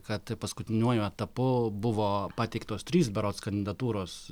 kad paskutiniuoju etapu buvo pateiktos trys berods kandidatūros